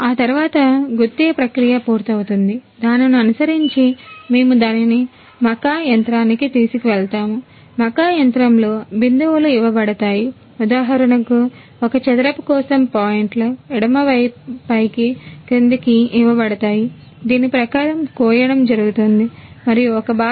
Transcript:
ఆ తరువాత గుద్దటం ప్రక్రియ మొత్తం గా జరుగుతుందా